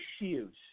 issues